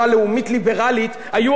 איפה הליברליות?